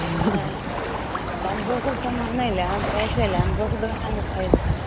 नहि तऽ हम दोसर समान नहि लेब हम पैसे लेब दोसर दोकानमे खरिदबै